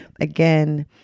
again